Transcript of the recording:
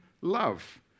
love